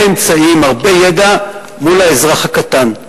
הרבה אמצעים, הרבה ידע מול האזרח הקטן.